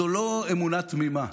זו לא אמונה תמימה.